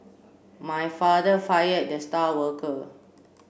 my father fired the star worker